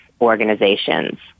organizations